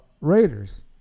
Raiders